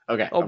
Okay